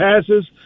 passes